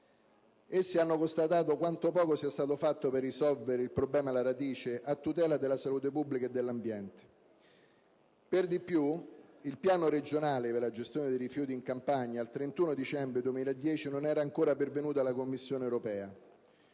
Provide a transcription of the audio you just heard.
Essi hanno constatato quanto poco sia stato fatto per risolvere alla radica il problema a tutela della salute pubblica e dell'ambiente. Per di più, il piano regionale per la gestione dei rifiuti in Campania, al 31 dicembre 2010, non era ancora pervenuto alla Commissione europea.